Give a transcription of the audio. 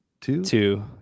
two